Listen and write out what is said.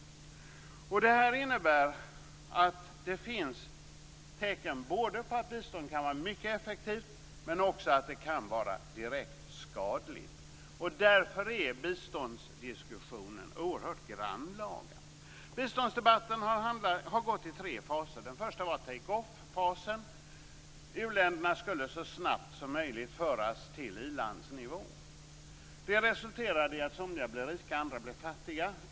Det här innebär att det finns tecken både på att bistånd kan vara mycket effektivt och på att det kan vara direkt skadligt. Därför är biståndsdiskussionen oerhört grannlaga. Biståndsdebatten har haft tre faser. Den första var take-off-fasen. U-länderna skulle så snabbt som möjligt föras till i-landsnivå. Det resulterade i att somliga blev rika; andra blev fattiga.